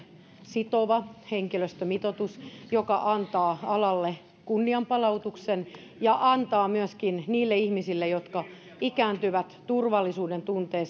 sitova henkilöstömitoitus joka antaa alalle kunnianpalautuksen ja antaa myöskin niille ihmisille jotka ikääntyvät turvallisuudentunteen